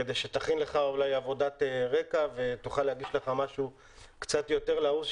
כדי שתכין לך עבודת רקע ותוכל להגיש לך משהו קצת יותר לעוס,